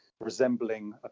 resembling